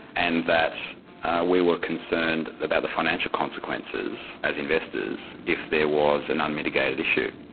and that we were concerned about the financial consequences as investors, if there was an unmitigated issue.